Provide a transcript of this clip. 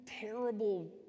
terrible